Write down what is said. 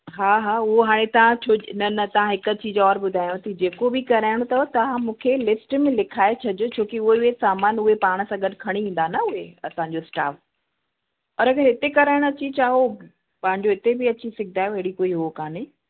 हा हा उहो हाणे तव्हां छो जे न न तव्हां हिकु अधु चीज और ॿुधायांव थी जेको बि कराइणो अथव तव्हां मूंखे लिस्ट में लिखाए छॾिजो छो कि उहो ई उहो ई सामान उहे पाण सां गॾु खणी ईंदा न उहे असांजो स्टाफ़ और अगरि हिते कराइणु अची चाहो पंहिंजो हिते बि अची सघंदा आयो अहिड़ी कोई हो कोन्हे